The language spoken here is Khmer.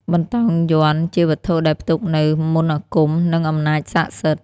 បន្តោងយ័ន្តជាវត្ថុដែលផ្ទុកនូវ មន្តអាគម និងអំណាចស័ក្តិសិទ្ធិ។